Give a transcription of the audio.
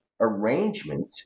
arrangement